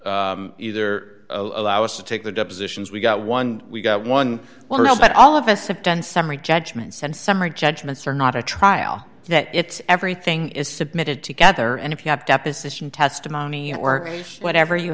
either allow us to take the depositions we've got one we've got one well but all of us have done summary judgment send some are judgments are not a trial that it's everything is submitted together and if you have deposition testimony or whatever you